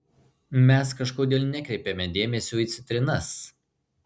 mes kažkodėl nekreipiame dėmesio į citrinas